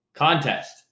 contest